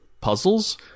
puzzles